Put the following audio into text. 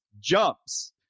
jumps